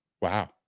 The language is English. Wow